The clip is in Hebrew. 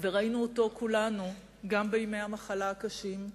וראינו אותו כולנו, גם בימי המחלה הקשים.